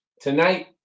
Tonight